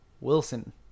Wilson